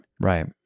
Right